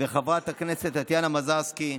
וחברת הכנסת טטיאנה מזרסקי,